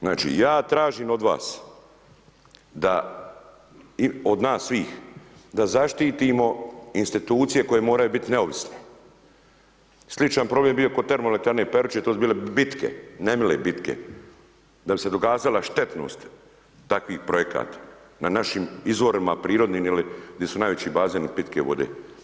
Znači, ja tražim od vas da, od nas svih, da zaštitimo institucije koje moraju biti neovisne, sličan problem je bio kod termoelektrane Peruće, to su bile bitke, nemile bitke, da bi se dokazala štetnost takvih projekata na našim izvorima prirodnim ili di su najveći bazeni pitke vode.